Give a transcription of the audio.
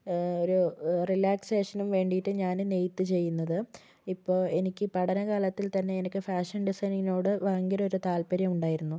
ഒരു റിലാക്സേഷനും വേണ്ടിയിട്ട് ഞാൻ നെയ്ത്ത് ചെയ്യുന്നത് ഇപ്പോൾ എനിക്ക് പഠന കാലത്തിൽ തന്നെ എനിക്ക് ഫാഷൻ ഡിസൈനിങ്ങിനോട് ഭയങ്കര ഒരു താത്പര്യം ഉണ്ടായിരുന്നു